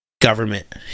government